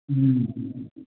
ꯎꯝ